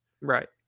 Right